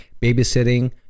babysitting